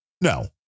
No